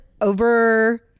over